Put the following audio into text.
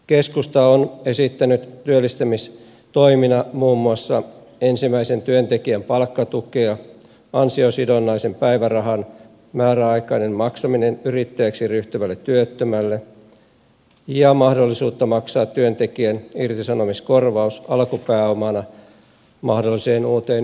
keskusta on esittänyt työllistämistoimina muun muassa ensimmäisen työntekijän palkkatukea ansiosidonnaisen päivärahan määräaikaista maksamista yrittäjäksi ryhtyvälle työttömälle ja mahdollisuutta maksaa työntekijän irtisanomiskorvaus alkupääomana mahdolliseen uuteen yritykseen